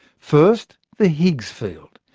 first, the higgs field.